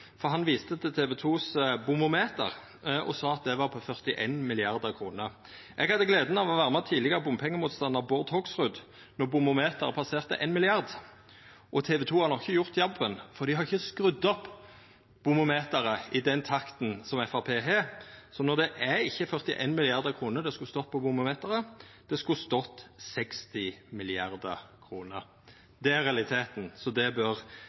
for han viste til TV 2s «bomometer» og sa at det var på 41 mrd. kr. Eg hadde gleda av å vera med tidlegare bompengemotstandar Bård Hoksrud då bomometeret passerte 1 mrd. kr. TV 2 har nok ikkje gjort jobben, for dei har ikkje skrudd opp bomometeret i den takta som Framstegspartiet har. Det er ikkje 41 mrd. kr som skulle stått på bomometeret. Det skulle stått 60 mrd. kr. Det er realiteten, så det bør